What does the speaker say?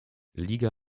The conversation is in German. liga